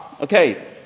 Okay